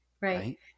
right